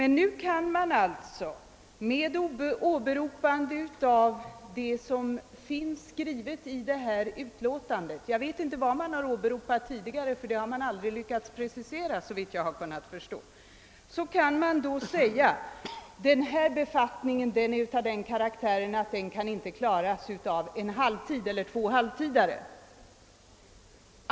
Nu kan man alltså med åberopande av vad som är skrivet i detta utlåtande — jag vet inte vad man har åberopat tidigare; det har man såvitt jag har kunnat 68 Nr 36 Företagsdemokrati förstå aldrig lyckats precisera — påstå att en viss befattning är av den karaktären att den inte kan klaras av två halvtidsarbetande.